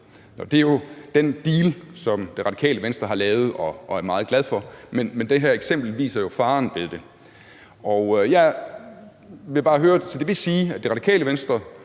Det er jo den deal, som Det Radikale Venstre har lavet og er meget glad for, men det her eksempel viser jo faren ved det. Jeg vil bare høre: Vil det så sige, at Det Radikale Venstre